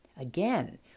Again